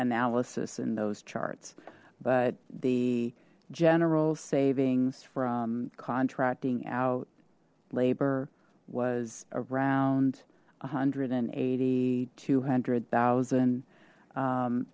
analysis in those charts but the general savings from contracting out labor was around a hundred and eighty two hundred thousand